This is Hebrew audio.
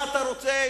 מה אתה רוצה,